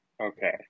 Okay